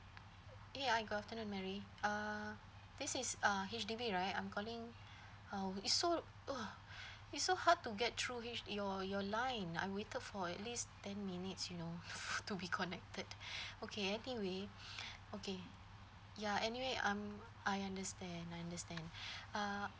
eh hi good afternoon mary uh this is uh H_D_B right I'm calling uh it so it's so hard to get through H your your line I waited for at least ten minutes you know to be connected okay I think we okay ya anyway um I understand understand uh